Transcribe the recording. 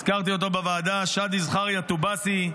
הזכרתי אותו בוועדה: שאדי זכריה טובאסי.